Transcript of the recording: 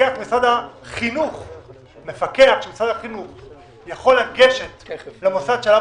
מפקח של משרד החינוך יכול לגשת למוסד שעליו